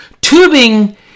tubing